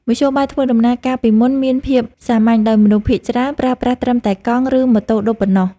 មធ្យោបាយធ្វើដំណើរកាលពីមុនមានភាពសាមញ្ញដោយមនុស្សភាគច្រើនប្រើប្រាស់ត្រឹមតែកង់ ឬម៉ូតូឌុបប៉ុណ្ណោះ។